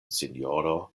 sinjoro